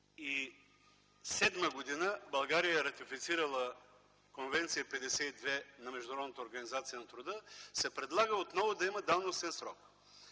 1997 г. България е ратифицирала Конвенция № 52 на Международната организация на труда, се предлага отново да има давностен срок.